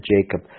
Jacob